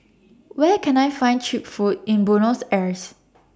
Where Can I Find Cheap Food in Buenos Aires